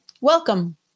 welcome